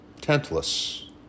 tentless